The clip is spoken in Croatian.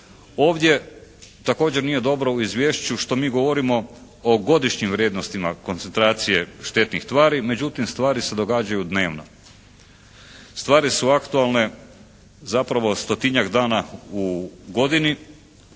Ovdje također nije dobro u izvješću što mi govorimo o godišnjim vrijednostima koncentracije štetnih tvari. Međutim, stvari se događaju dnevno. Stvari su aktualne zapravo stotinjak dana u godini,